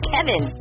Kevin